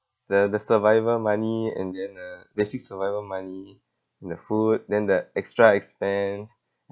the the survival money and then uh basic survival money in the food then the extra expense